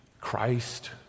Christ